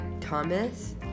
Thomas